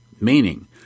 Meaning